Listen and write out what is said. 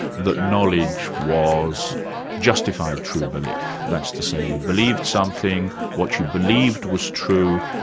that knowledge was justified true belief, that's to say you believed something, what you believed was true,